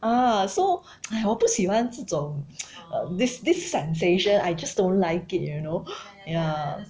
ah so !aiya! 我不喜欢这种 uh this this sensation I just don't like it you know ya